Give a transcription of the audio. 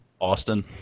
Austin